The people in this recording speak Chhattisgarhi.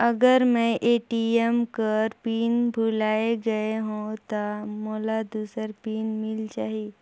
अगर मैं ए.टी.एम कर पिन भुलाये गये हो ता मोला दूसर पिन मिल जाही?